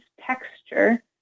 texture